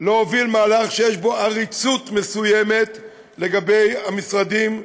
להוביל מהלך שיש בו עריצות מסוימת לגבי המשרדים,